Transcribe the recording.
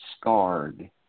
Scarred